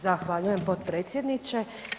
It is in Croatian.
Zahvaljujem potpredsjedniče.